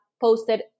posted